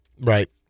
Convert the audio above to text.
Right